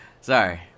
Sorry